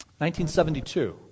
1972